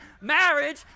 marriage